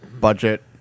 budget